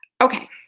Okay